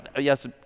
yes